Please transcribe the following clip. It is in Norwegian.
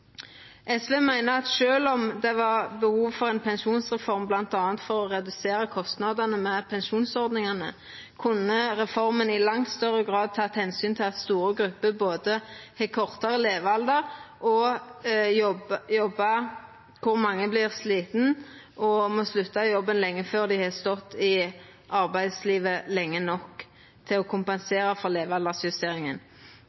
SV meiner at sjølv om det var behov for ein pensjonsreform, bl.a. for å redusera kostnadane med pensjonsordningane, kunne reforma i langt større grad teke omsyn til at store grupper har både kortare levealder og jobbar der mange vert slitne og må slutta i jobben lenge før dei har stått i arbeidslivet lenge nok til å